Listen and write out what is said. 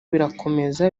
birakomeza